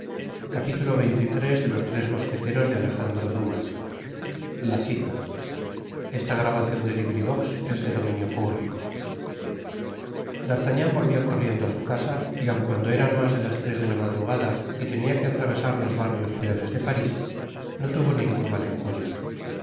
la cita d'artagnan volvió corriendo á su casa y aun cuando eran mas de las tres de la madrugada y tenia que atravesar los barrios peores de paris no tuvo ningun mal encuentro